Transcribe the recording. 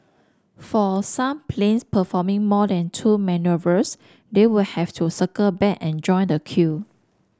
for some planes performing more than two manoeuvres they will have to circle back and join the queue